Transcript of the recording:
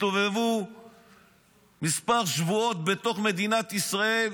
הסתובבו כמה שבועות בתוך מדינת ישראל